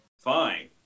Fine